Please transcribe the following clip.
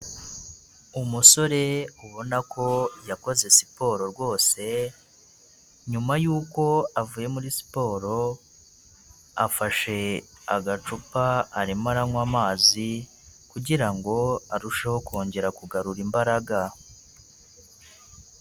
Umusore ubona ko yakoze siporo rwose nyuma y'uko avuye muri siporo afashe agacupa arimo aranywa amazi kugira ngo arusheho kongera kugarura imbaraga.